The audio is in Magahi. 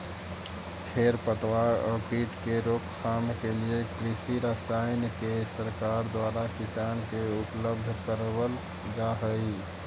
खेर पतवार आउ कीट के रोकथाम के लिए कृषि रसायन के सरकार द्वारा किसान के उपलब्ध करवल जा हई